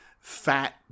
fat